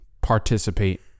participate